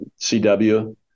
CW